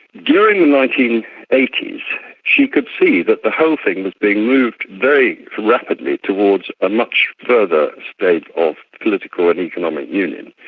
during the nineteen eighty s she could see that the whole thing was being moved very rapidly towards a much further state of political and economic union.